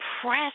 press